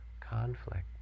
conflict